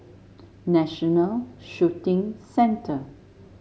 National Shooting Centre